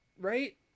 right